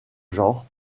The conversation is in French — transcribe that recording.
genre